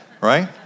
Right